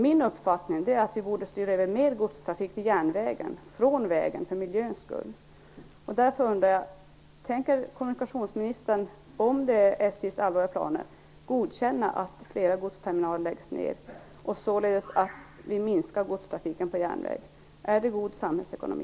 Min uppfattning är att vi borde styra över mer godstrafik till järnvägen från vägen för miljöns skull. Därför undrar jag om kommunikationsministern tänker godkänna att flera godsterminaler läggs ned och att vi därigenom minskar godstrafiken på järnväg, om detta är SJ:s allvarliga planer. Är det god samhällsekonomi?